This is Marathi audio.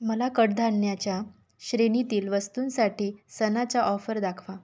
मला कडधान्याच्या श्रेणीतील वस्तूंसाठी सणाच्या ऑफर दाखवा